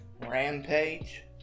Rampage